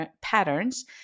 patterns